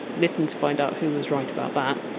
listen to find out who was right about that.